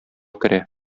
керә